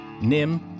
Nim